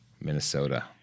Minnesota